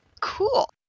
Cool